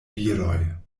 viroj